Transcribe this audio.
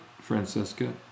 Francesca